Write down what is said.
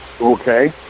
Okay